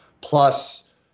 Plus